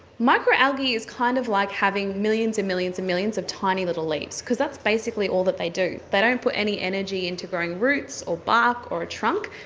microalgae is kind of like having millions and millions of millions of tiny little leaves, because that's basically all that they do. they don't put any energy into growing roots or bark or a trunk,